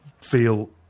feel